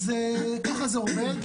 אז ככה זה עובד,